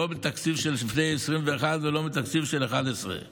לא בתקציב של לפני 2021 ולא בתקציב של 2011,